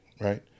right